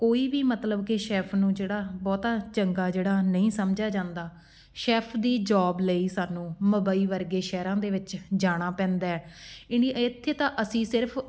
ਕੋਈ ਵੀ ਮਤਲਬ ਕਿ ਸ਼ੈਫ ਨੂੰ ਜਿਹੜਾ ਬਹੁਤਾ ਚੰਗਾ ਜਿਹੜਾ ਨਹੀਂ ਸਮਝਿਆ ਜਾਂਦਾ ਸ਼ੈਫ ਦੀ ਜੋਬ ਲਈ ਸਾਨੂੰ ਮੁੰਬਈ ਵਰਗੇ ਸ਼ਹਿਰਾਂ ਦੇ ਵਿੱਚ ਜਾਣਾ ਪੈਂਦਾ ਹੈ ਇਹਨੀ ਇੱਥੇ ਤਾਂ ਅਸੀਂ ਸਿਰਫ